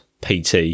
PT